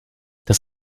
das